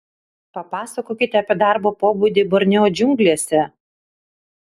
papasakokite apie darbo pobūdį borneo džiunglėse